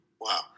Wow